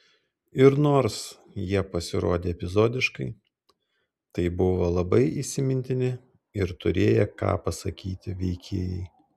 ir nors jie pasirodė epizodiškai tai buvo labai įsimintini ir turėję ką pasakyti veikėjai